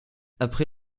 après